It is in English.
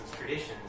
traditions